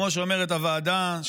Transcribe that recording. כמו שאומרת הוועדה,